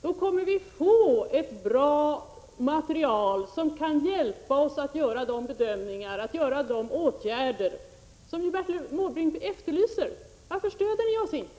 Då kommer vi att få ett bra material som kan hjälpa oss att vidta de åtgärder som Bertil Måbrink efterlyser. Varför stöder ni oss inte?